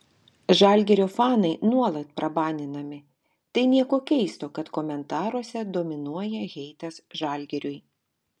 žalgirio fanai nuolat prabaninami tai nieko keisto kad komentaruose dominuoja heitas žalgiriui